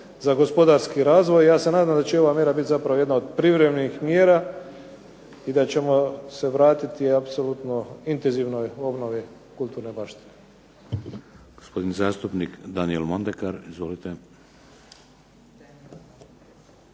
za gospodarski razvoj. I ja se nadam da će ova mjera biti zapravo jedna od privremenih mjera i da ćemo se vratiti apsolutno intenzivnoj obnovi kulturne baštine.